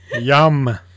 Yum